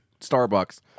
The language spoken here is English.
Starbucks